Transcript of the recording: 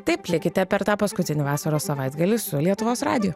taip likite per tą paskutinį vasaros savaitgalį su lietuvos radiju